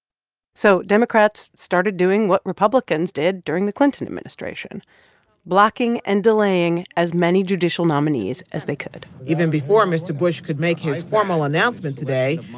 so democrats started doing what republicans did during the clinton administration blocking and delaying as many judicial nominees as they could even before mr. bush could make his formal announcement today,